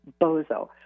bozo